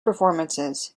performances